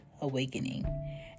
awakening